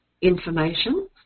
information